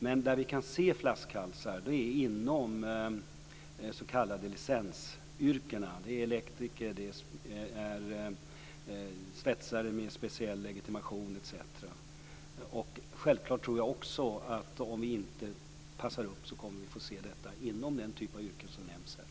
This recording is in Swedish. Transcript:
Men vi kan se flaskhalsar inom de s.k. licensyrkena. Det gäller elektriker och det gäller svetsare med speciell legitimation etc. Självfallet tror jag att om vi inte ser upp så kommer vi att få se detta också inom den typ av yrken som nämns här.